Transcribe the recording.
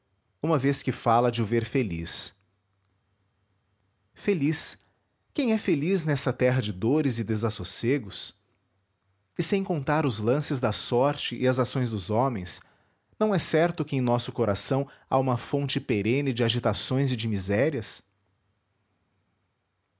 uma vez que fala de o ver feliz feliz quem é feliz nesta terra de dores e desassossegos e sem contar os lances da sorte e as ações dos homens não é certo que em nosso coração há uma fonte perene de agitações e de misérias